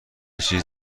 چیز